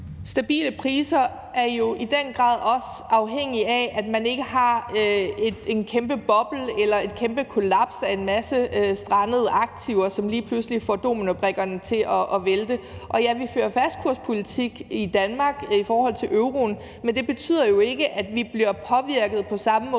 Stabile priser er jo i den grad også afhængige af, at man ikke har en kæmpe boble, et kæmpe kollaps eller en masse strandede aktiver, som lige pludselig får dominobrikkerne til at vælte. Og ja, vi fører i Danmark en fastkurspolitik i forhold til euroen, men det betyder jo ikke, at vi bliver påvirket på samme måde